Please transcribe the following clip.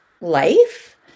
life